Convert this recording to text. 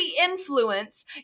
influence